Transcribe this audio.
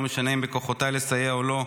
לא משנה אם בכוחותיי לסייע או לא,